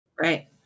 Right